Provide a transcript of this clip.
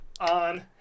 on